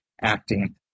acting